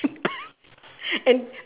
and